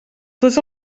tots